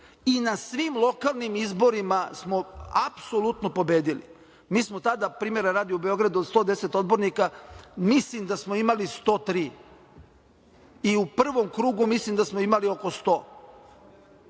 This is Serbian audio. i na svim lokalnim izborima smo apsolutno pobedili. Mi smo tada, primera radi, u Beogradu od 110 odbornika, mislim da smo imali 103 i u prvom krugu mislim da smo imali oko 100.